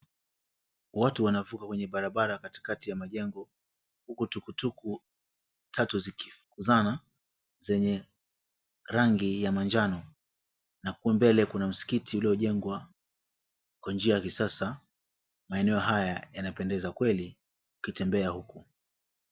Watu wanavuka kwenye barabara katikati ya majengo, huku tukutuku tatu zikifukuzana zenye rangi ya manjano na huko mbele kuna msikiti uliyojengwa kwa njia ya kisasa. Maeneo haya yanapendeza kweli ukitembea huku.